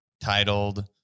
titled